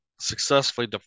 successfully